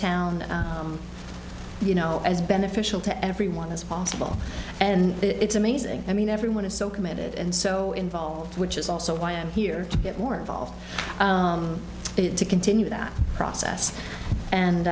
town you know as beneficial to everyone as possible and it's amazing i mean everyone is so committed and so involved which is also why i'm here to get more involved it's we continue that process